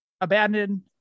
abandoned